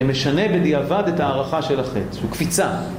זה משנה בדיעבד את ההערכה של החטא, הוא קפיצה